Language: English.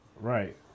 Right